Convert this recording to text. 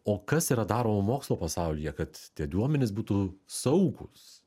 o kas yra daroma mokslo pasaulyje kad tie duomenys būtų saugūs